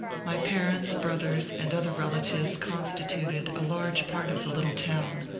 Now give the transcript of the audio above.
my parents, brothers, and other relatives constituted a large part of the little town,